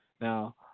Now